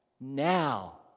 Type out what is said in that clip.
now